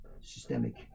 systemic